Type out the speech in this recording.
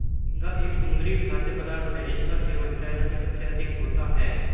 झींगा एक समुद्री खाद्य पदार्थ है जिसका सेवन चाइना में सबसे अधिक होता है